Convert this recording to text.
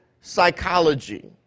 psychology